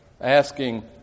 asking